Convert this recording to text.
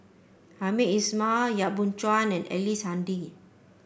Hamed Ismail Yap Boon Chuan and Ellice Handy